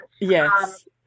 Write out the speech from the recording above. Yes